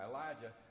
Elijah